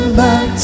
back